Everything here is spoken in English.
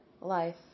life